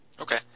Okay